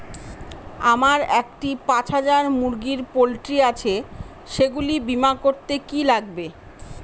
আমার একটি পাঁচ হাজার মুরগির পোলট্রি আছে সেগুলি বীমা করতে কি লাগবে?